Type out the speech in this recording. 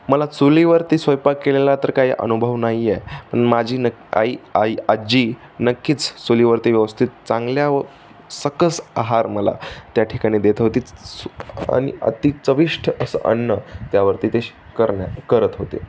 मला चुलीवरती स्वयंपाक केलेला तर काही अनुभव नाही आहे पण माझी नक्की आई आजी नक्कीच चुलीवरती व्यवस्थित चांगल्या व सकस आहार मला त्या ठिकाणी देत होती च आणि अति चविष्ट असं अन्न त्यावरती ते श करन्या करत होते